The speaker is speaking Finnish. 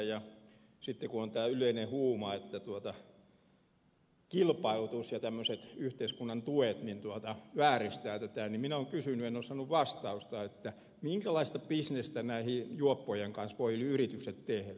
ja sitten kun on tämä yleinen huuma että tarvitaan kilpailutusta ja tämmöiset yhteiskunnan tuet vääristävät tätä niin minä olen kysynyt en ole saanut vastausta että minkälaista bisnestä näiden juoppojen kanssa voivat yritykset tehdä